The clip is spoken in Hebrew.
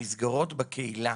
המסגרות בקהילה